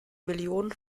millionen